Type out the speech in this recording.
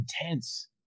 intense